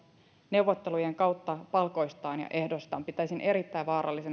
neuvottelujen kautta palkoistaan ja ehdoistaan pitäisin erittäin vaarallisena